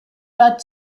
bad